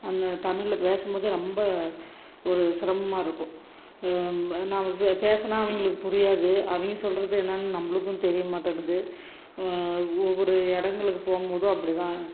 அந்த தமிழ்ல பேசும்போதே ரொம்ப ஒரு சிரமமாக இருக்கும் நாங்கள் பே பேசினா அவங்களுக்கு புரியாது அவங்க சொல்வது என்னான்னு நம்மளுக்கும் தெரிய மாட்டேன்னுது ஒவ்வொரு இடங்களுக்கு போகும்போதும் அப்படி தான்